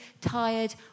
tired